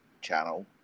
channel